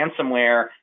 ransomware